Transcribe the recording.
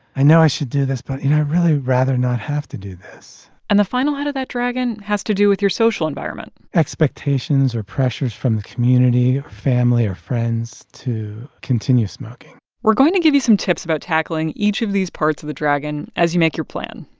i know i should do this, but, you know, i'd really rather not have to do this and the final head of that dragon has to do with your social environment expectations or pressures from the community or family or friends to continue smoking we're going to give you some tips about tackling each of these parts of the dragon as you make your plan.